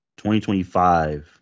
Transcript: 2025